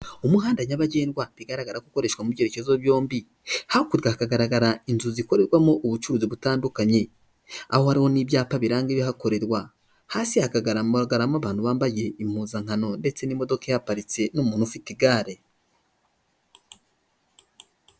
Umuhanda nyabagendwa bigaragara ko ukoreshwa mu byerekezo byombi, hakurya hagaragara inzu zikorerwamo ubucuruzi butandukanye, aho ariho n'ibyapa biranga ibihakorerwa, hasi hakagaragaramo abantu bambaye impuzankano ndetse n'imodoka ihaparitse n'umuntu ufite igare.